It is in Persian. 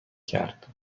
کرد